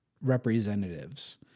representatives